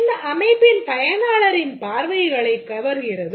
இது அமைப்பின் பயனாளரின் பார்வைகளைக் கவர்கிறது